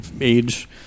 age